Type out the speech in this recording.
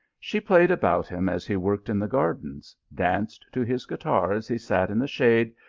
she played about him as he worked in the gardens, danced to his guitar as he sat in the shade,